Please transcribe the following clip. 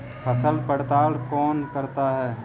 फसल पड़ताल कौन करता है?